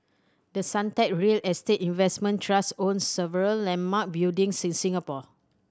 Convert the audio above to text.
the Suntec real estate investment trust owns several landmark buildings in Singapore